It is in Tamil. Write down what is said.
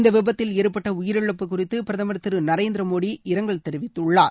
இந்த விபத்தில் ஏற்பட்ட உயிரிழப்பு குறித்து பிரதமர் திரு நரேந்திர மோதி இரங்கல் தெரிவித்துள்ளார்